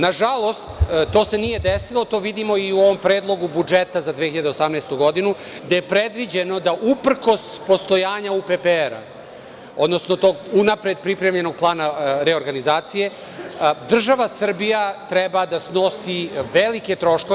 Nažalost, to se nije desilo, a to vidimo i u ovom Predlogu budžeta za 2018. godinu, gde je predviđeno da uprkos postojanja UPPR, odnosno tog unapred pripremljenog plana reorganizacije, država Srbija treba da snosi velike troškove.